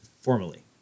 formally